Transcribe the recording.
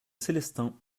célestins